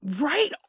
Right